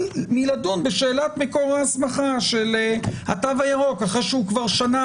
מלדון בשאלת מקור ההסמכה של התו הירוק אחרי שכבר שנה